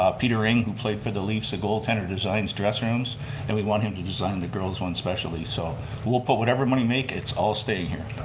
ah peter eng who played for the leafs, a goaltender, designs dress rooms and we want him to design the girls' one especially so we'll put whatever money we make, it's all staying here.